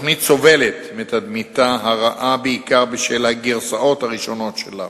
התוכנית סובלת מתדמיתה הרעה בעיקר בשל הגרסאות הראשונות שלה.